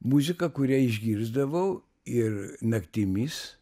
muzika kurią išgirsdavau ir naktimis